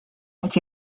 qed